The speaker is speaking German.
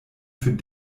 für